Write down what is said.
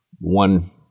one